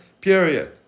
period